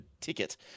ticket